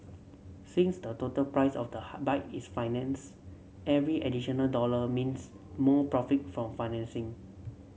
since the total price of the hard bike is finance every additional dollar means more profit from financing